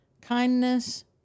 kindness